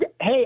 hey